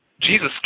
Jesus